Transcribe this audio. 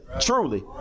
truly